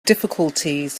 difficulties